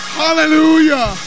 hallelujah